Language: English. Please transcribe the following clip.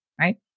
right